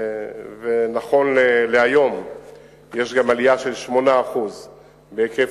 ונכון להיום יש גם עלייה של 8% בהיקף